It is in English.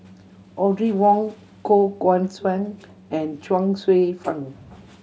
Audrey Wong Koh Guan Song and Chuang Hsueh Fang